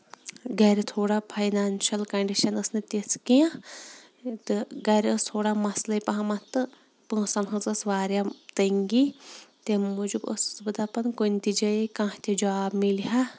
گرِ تھوڑا financial condition ٲسۍ نہٕ تِژھ کیٚنٛہہ تہٕ گرِ اوس تھوڑا مَسلٕے پَہمَتھ تہٕ پونٛسَن ہنٛز ٲسۍ واریاہ تٔنگی تَمہِ موٗجوٗب ٲسٕس بہٕ دَپان کُنہِ تہِ جایے کانٛہہ تہِ جاب مِلہِ ہا